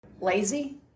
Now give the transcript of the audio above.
lazy